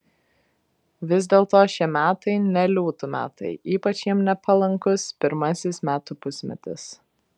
vis dėlto šie metai ne liūtų metai ypač jiems nepalankus pirmasis metų pusmetis